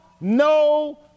no